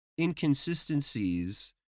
inconsistencies